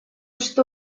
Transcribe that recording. что